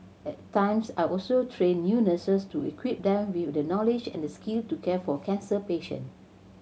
at times I also train new nurses to equip them with the knowledge and the skill to care for cancer patient